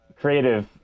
creative